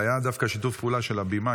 היה דווקא שיתוף פעולה של הבימאי,